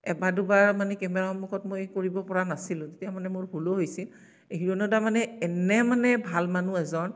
এবাৰ দুবাৰত মানে কেমেৰা সন্মুখত মই কৰিব পৰা নাছিলোঁ তেতিয়া মানে মোৰ ভুলোঁ হৈছিল এই হিৰণ্য় দা মানে এনে মানে ভাল মানুহ এজন